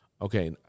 okay